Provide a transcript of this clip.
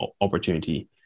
opportunity